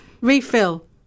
refill